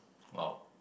!wow!